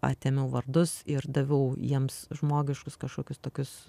atėmiau vardus ir daviau jiems žmogiškus kažkokius tokius